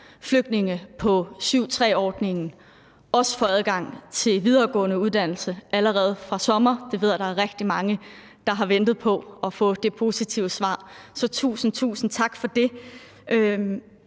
flygtninge på § 7, stk. 3-ordningen også får adgang til videregående uddannelse allerede fra sommer. Det ved jeg der er rigtig mange der har ventet på, altså at få det positive svar, så tusind, tusind tak for det.